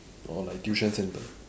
orh like tuition centre